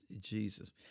Jesus